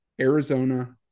Arizona